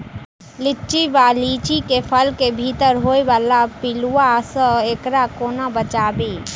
लिच्ची वा लीची केँ फल केँ भीतर होइ वला पिलुआ सऽ एकरा कोना बचाबी?